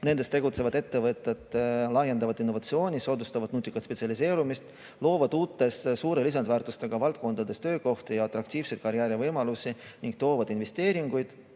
tegutsevad ettevõtted "laiendavad innovatsiooni, soodustavad nutikat spetsialiseerumist ning loovad uutes, suure lisandväärtustega valdkondades töökohti ja atraktiivseid karjäärivõimalusi ning toovad investeeringuid.